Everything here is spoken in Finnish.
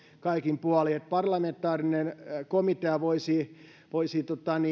kaikin puolin parlamentaarinen komitea voisi voisi